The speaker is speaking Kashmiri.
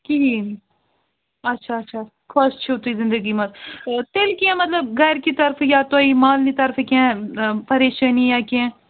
کِہیٖنۍ اَچھا اَچھا خۄش چھِو تُہۍ زِنٛدگی منٛز تیٚلہِ کیٚنٛہہ مطلب گَرِکہِ طرفہٕ یا تۄہہِ مالنہِ طرفہٕ کیٚنٛہہ پریشٲنی یا کیٚنٛہہ